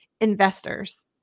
investors